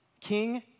king